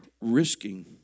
risking